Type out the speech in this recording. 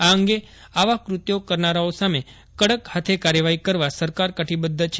આ અંગે આવા ક્રત્યો કરનારાઓ સામે કડક હાથે કાર્યવાહી કરવા સરકાર કટિબધ્ધ છે